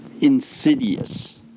insidious